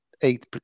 eight